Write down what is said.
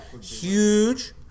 huge